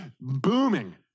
booming